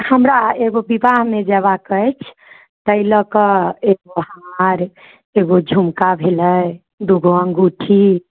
हमरा एगो विवाहमे जयबाक अछि ताहि लऽ कऽ एक हार एगो झुमका भेलै दूगो अँगूठी